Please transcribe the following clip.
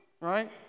Right